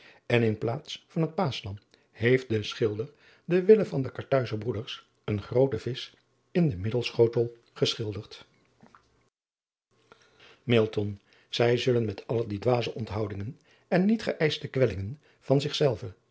en in plaats van het paaschlam heeft de schilder ten wille van de arthuizer broeders een grooten visch in den middelschotel geschilderd ij zullen met alle die dwaze onthoudingen en niet geëischte kwellingen van